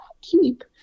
keep